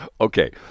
Okay